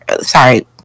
sorry